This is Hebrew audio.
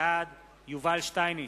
בעד יובל שטייניץ,